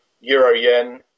euro-yen